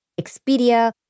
Expedia